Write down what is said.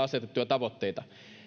tavoitteita